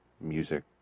music